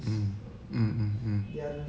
mm mm mm mm